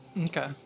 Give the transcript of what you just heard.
Okay